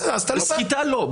בסחיטה לא.